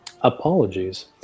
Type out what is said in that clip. Apologies